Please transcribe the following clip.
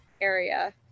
area